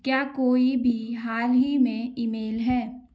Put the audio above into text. क्या कोई भी हाल ही में ईमेल है